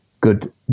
good